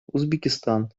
узбекистан